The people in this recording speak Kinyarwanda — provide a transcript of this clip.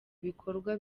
bikorwa